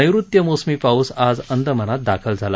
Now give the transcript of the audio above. नैऋत्य मोसमी पाऊस आज अंदमानात दाखल झाला